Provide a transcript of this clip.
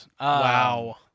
Wow